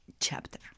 chapter